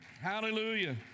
Hallelujah